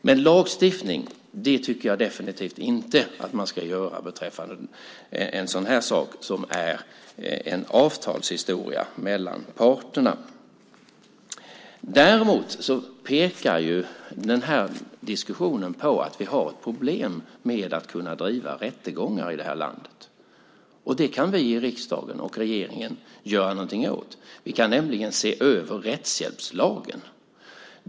Men lagstiftning tycker jag definitivt inte att man ska använda när det gäller en sådan här sak, som ju är en fråga om avtal mellan parter. Däremot pekar diskussionen på att vi har ett problem med att kunna driva rättegångar i det här landet. Det kan vi i riksdag och regering göra något åt. Vi kan nämligen se över rättshjälpslagen.